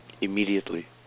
Immediately